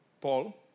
Paul